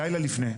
לילה לפני,